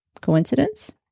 Coincidence